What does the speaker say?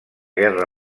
guerra